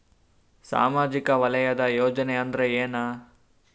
ಸಾಮಾಜಿಕ ವಲಯದ ಯೋಜನೆ ಅಂದ್ರ ಏನ?